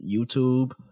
YouTube